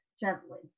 gently